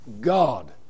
God